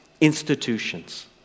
institutions